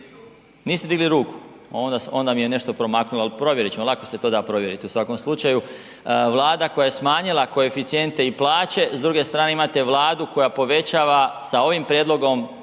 Niste digli ruku? Onda mi je nešto promaknulo, ali provjerit ćemo, lako se to da provjeriti u svakom slučaju. Vlada koja je smanjila koeficijente i plaće, s druge strane imate Vladu koja povećava sa ovim prijedlogom